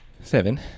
Seven